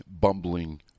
bumbling